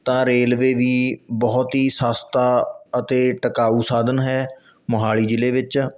ਤਾਂ ਰੇਲਵੇ ਵੀ ਬਹੁਤ ਹੀ ਸਸਤਾ ਅਤੇ ਟਿਕਾਊ ਸਾਧਨ ਹੈ ਮੋਹਾਲੀ ਜ਼ਿਲ੍ਹੇ ਵਿੱਚ